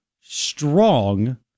strong